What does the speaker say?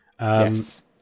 Yes